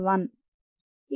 1